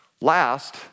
last